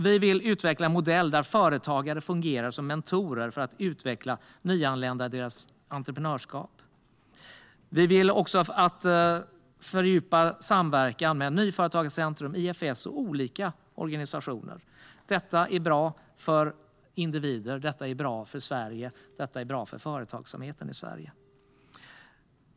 Vi vill utveckla en modell där företagare fungerar som mentorer för att utveckla nyanlända och deras entreprenörskap. Vi vill också fördjupa samverkan med Nyföretagarcentrum, IFS och olika organisationer. Detta är bra för individer, för Sverige och för företagsamheten i Sverige.